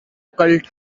cult